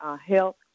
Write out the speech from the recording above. health